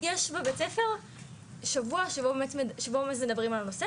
יש בבית הספר שבוע שבו מדברים על הנושא